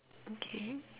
okay